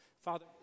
Father